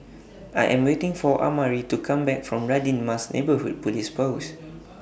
I Am waiting For Amari to Come Back from Radin Mas Neighbourhood Police Post